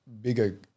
bigger